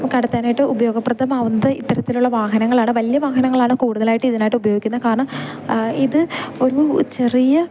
കടത്താനായിട്ട് ഉപയോഗപ്രദമാവുന്നത് ഇത്തരത്തിലുള്ള വാഹനങ്ങളാണ് വലിയ വാഹനങ്ങളാണ് കൂടുതലായിട്ട് ഇതിനായിട്ട് ഉപയോഗിക്കുന്നത് കാരണം ഇത് ഒരു ചെറിയ